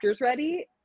ready